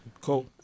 Cool